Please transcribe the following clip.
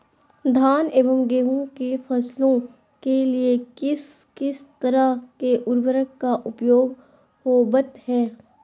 धान एवं गेहूं के फसलों के लिए किस किस तरह के उर्वरक का उपयोग होवत है?